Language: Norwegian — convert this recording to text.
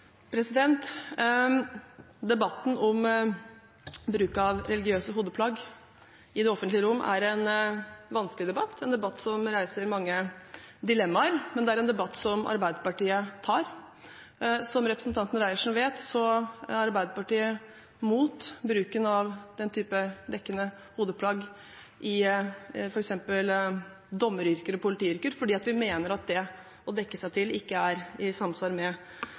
bak? Debatten om bruk av religiøse hodeplagg i det offentlige rom er en vanskelig debatt – en debatt som reiser mange dilemmaer. Men det er en debatt som Arbeiderpartiet tar. Som representanten Reiertsen vet, er Arbeiderpartiet imot bruken av den type dekkende hodeplagg i f.eks. dommeryrker og politiyrker, fordi vi mener at det å dekke seg til ikke er i samsvar med